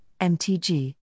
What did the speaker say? MTG